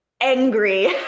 angry